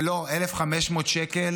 ולא, 1,500 שקל